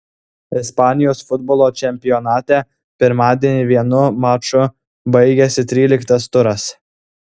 ispanijos futbolo čempionate pirmadienį vienu maču baigėsi tryliktas turas